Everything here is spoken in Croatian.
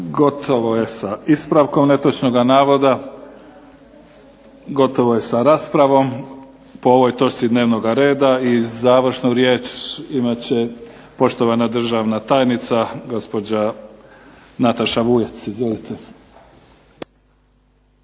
Gotovo je sa ispravkom netočnoga navoda, gotovo je sa raspravom po ovoj točci dnevnoga reda. I završnu riječ imat će poštovana državna tajnica gospođa Nataša Vujec.